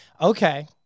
Okay